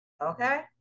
okay